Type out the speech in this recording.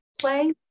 play